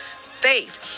faith